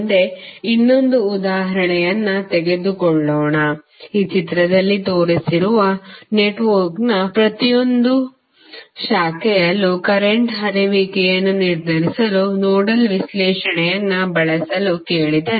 ಮುಂದೆ ಇನ್ನೊಂದು ಉದಾಹರಣೆಯನ್ನು ತೆಗೆದುಕೊಳ್ಳೋಣ ಈ ಚಿತ್ರದಲ್ಲಿ ತೋರಿಸಿರುವ ನೆಟ್ವರ್ಕ್ನ ಪ್ರತಿಯೊಂದು ಶಾಖೆಯಲ್ಲೂ ಕರೆಂಟ್ ಹರಿಯುವಿಕೆಯನ್ನು ನಿರ್ಧರಿಸಲು ನೋಡಲ್ ವಿಶ್ಲೇಷಣೆಯನ್ನು ಬಳಸಲು ಕೇಳಿದರೆ